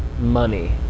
money